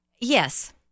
Yes